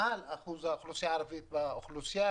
מעל אחוז האוכלוסייה הערבית באוכלוסייה,